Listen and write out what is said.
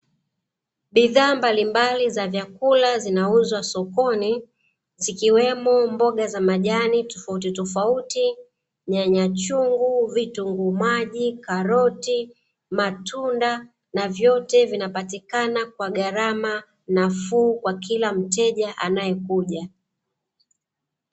Bidhaa mbalimbali za vyakula zinauzwa sokoni zikiwemo: mboga za majani tofauti tofauti, nyanya chungu, vitunguu maji, karoti, matunda na vyote vinapatikana kwa gharama nafuu kwa kila mteja anayekuja.